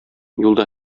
юлда